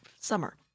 summer